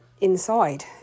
inside